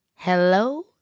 Hello